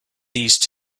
these